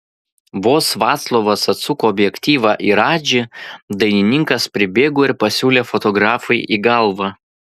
vos vaclovas atsuko objektyvą į radžį dainininkas pribėgo ir pasiūlė fotografui į galvą